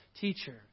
teacher